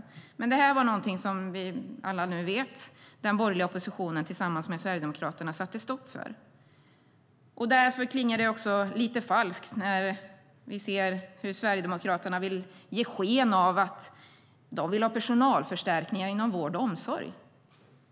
Men som vi alla vet satte den borgerliga oppositionen tillsammans med Sverigedemokraterna stopp för detta. Därför klingar det lite falskt när Sverigedemokraterna vill ge sken av att de vill ha personalförstärkningar inom vård och omsorg.